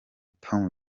tom